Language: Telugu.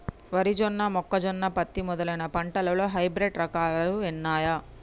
వరి జొన్న మొక్కజొన్న పత్తి మొదలైన పంటలలో హైబ్రిడ్ రకాలు ఉన్నయా?